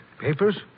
Papers